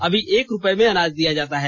अभी एक रुपये में अनाज दिया जाता है